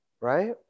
right